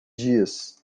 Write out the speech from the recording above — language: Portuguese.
dias